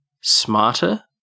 smarter